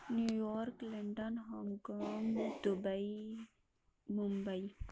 new York London Hong Kong Dubai Mumbai